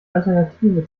alternative